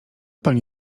pani